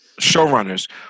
showrunners